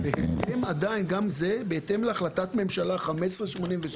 עדיין גם זה בהתאם להחלטת ממשלה 1587